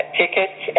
tickets